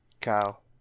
Kyle